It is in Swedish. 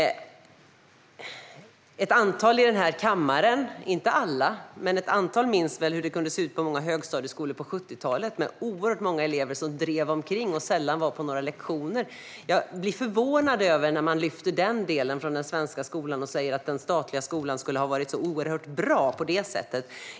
Ett antal ledamöter i denna kammare - dock inte alla - minns väl hur det kunde se ut på många högstadieskolor på 70-talet, med oerhört många elever som drev omkring och sällan var på några lektioner. Jag blir förvånad när man lyfter denna del från den svenska skolan och säger att den statliga skolan skulle ha varit så oerhört bra på det sättet.